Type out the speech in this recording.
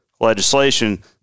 legislation